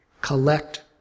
collect